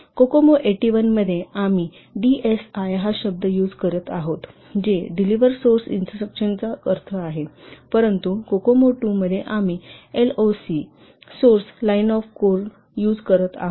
COCOMO 81 मध्ये आम्ही DSI हा शब्द आहे जी डिलिव्हर्ड सोर्स इंस्ट्रक्शन्सचा अर्थ आहे परंतु कोकोमो II II मध्ये आम्ही SLOC source lines of code आहे